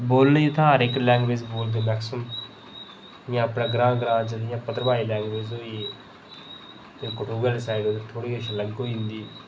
बोलने गी ता हर इक्क लैंग्वेज़ बोलदे मेक्सीमम इं'या अपने ग्रांऽ ग्रांऽ च भद्रवाही लैंग्वेज़ होई ते कठुआ आह्ली साईड किश अलग होई जंदी